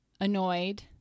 annoyed